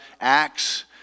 Acts